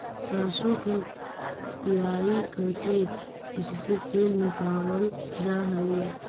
सरसों की पिड़ाई करके इससे तेल निकावाल जा हई